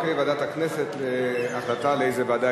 בעד,